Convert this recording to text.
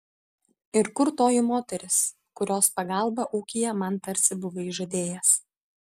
ir kur toji moteris kurios pagalbą ūkyje man tarsi buvai žadėjęs